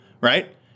right